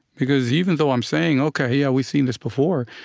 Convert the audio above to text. because even though i'm saying, ok, yeah, we've seen this before,